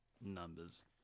numbers